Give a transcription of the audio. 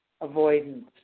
avoidance